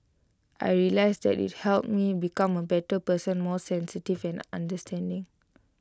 I realised that IT helped me become A better person more sensitive understanding